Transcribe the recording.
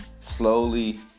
Slowly